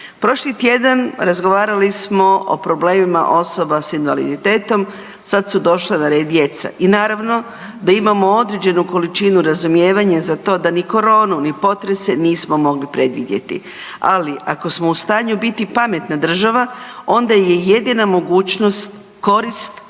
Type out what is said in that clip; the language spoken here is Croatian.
Prošli tjedan razgovarali smo o problemima osoba s invaliditetom sad su došla na red djeca i naravno da imamo određenu količinu razumijevanja za to da ni koronu, ni potrese nismo mogli predvidjeti, ali ako smo u stanju biti pametna država onda je jedina mogućnost korist od